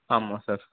ஆமாம் சார்